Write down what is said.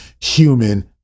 human